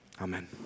Amen